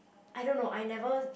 I don't know I never